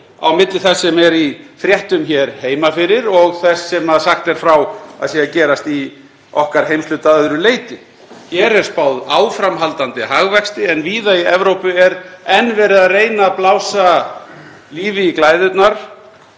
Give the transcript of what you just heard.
á milli þess sem er í fréttum hér heima fyrir og þess sem sagt er frá að sé að gerast í okkar heimshluta að öðru leyti. Hér er spáð áframhaldandi hagvexti en víða í Evrópu er enn verið að reyna að blása lífi í glæðurnar,